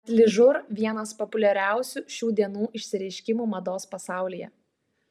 atližur vienas populiariausių šių dienų išsireiškimų mados pasaulyje